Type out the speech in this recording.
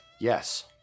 Yes